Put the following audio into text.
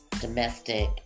Domestic